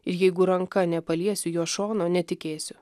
ir jeigu ranka nepaliesiu jo šono netikėsiu